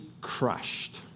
crushed